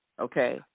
okay